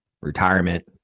retirement